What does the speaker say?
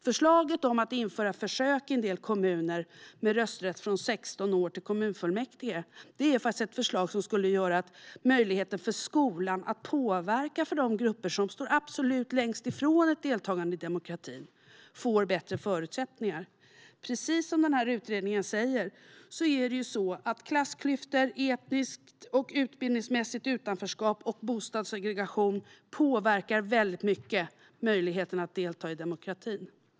Förslaget om att införa försök i en del kommuner med rösträtt från 16 år till kommunfullmäktige är ett förslag som skulle ge möjlighet för skolan att påverka för de grupper som står absolut längst ifrån ett deltagande i demokratin och se till att de får bättre förutsättningar. Precis som utredningen säger påverkar klassklyftor, etniskt och utbildningsmässigt utanförskap och bostadssegregation väldigt mycket möjligheten att delta i demokratin.